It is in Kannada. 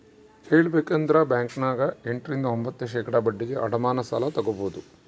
ಹೇಳಬೇಕಂದ್ರ ಬ್ಯಾಂಕಿನ್ಯಗ ಎಂಟ ರಿಂದ ಒಂಭತ್ತು ಶೇಖಡಾ ಬಡ್ಡಿಗೆ ಅಡಮಾನ ಸಾಲ ತಗಬೊದು